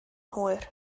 hwyr